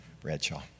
Bradshaw